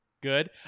Good